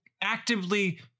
actively